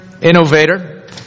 innovator